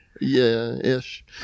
yeah-ish